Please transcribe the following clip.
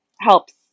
helps